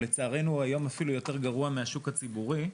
לצערנו הוא היום אפילו יותר גרוע מהשוק הציבורי,